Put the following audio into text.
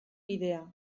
bidea